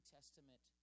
Testament